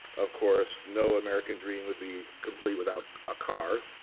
of course, no american dream would be complete without a car.